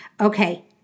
Okay